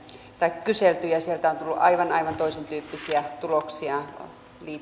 tai kyselty sieltä on on tullut aivan toisentyyppisiä tuloksia liittyen